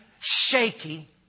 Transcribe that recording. shaky